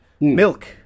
milk